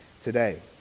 today